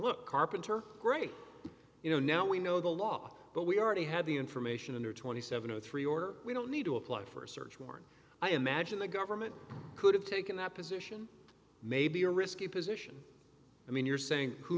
look carpenter great you know now we know the law but we already had the information under twenty seven or three or we don't need to apply for a search warrant i imagine the government could have taken that position may be a risky position i mean you're saying who